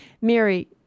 Mary